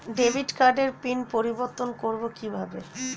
Debit কার্ডের pin পরিবর্তন করবো কীভাবে?